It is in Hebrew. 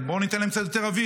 בואו ניתן להם קצת יותר אוויר.